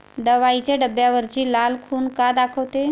दवाईच्या डब्यावरची लाल खून का दाखवते?